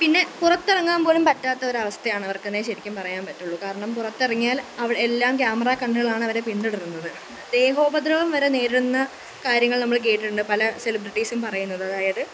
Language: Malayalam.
പിന്നെ പുറത്തിറങ്ങാൻ പോലും പറ്റാത്തൊരവസ്ഥയാണവർക്കെന്നേ ശരിക്കും പറയാൻ പറ്റുളളൂ കാരണം പുറത്തിറങ്ങിയാൽ അവിടെ എല്ലാം ക്യാമറ കണ്ണുകളാണ് അവരെ പിന്തുടരുന്നത് ദേഹോപദ്രവം വരെ നേരിടുന്ന കാര്യങ്ങൾ നമ്മൾ കേട്ടിട്ടുണ്ട് പല സെലിബ്രിട്ടീസും പറയുന്നത് അതായത്